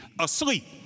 asleep